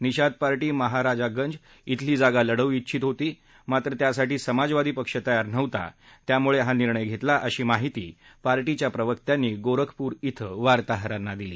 निशाद पार्शीमहाराजागंज खेली जागा लढवू चिछत होती मात्र त्यासाठी समाजवादी पक्ष तयार नव्हता त्यामुळे हा निर्णय घेतला अशी माहिती निशाद पार्शिया प्रवक्त्यांनी गोरखपूर क्वे वार्ताहरांशी बोलताना दिली